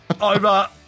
Over